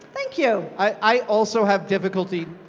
thank you. i also have difficulty. a